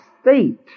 state